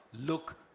look